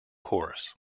horse